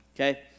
okay